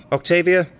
Octavia